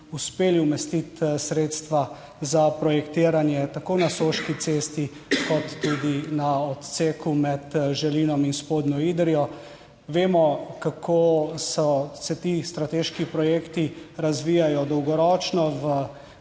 uspeli umestiti sredstva za projektiranje, tako na Soški cesti kot tudi na odseku med Želinom in Spodnjo Idrijo. Vemo, kako so, se ti strateški projekti razvijajo. Dolgoročno, v